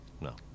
No